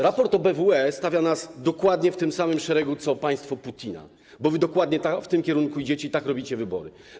Raport OBWE stawia nas dokładnie w tym samym szeregu co państwo Putina, bo dokładnie w tym kierunku idziecie i tak robicie wybory.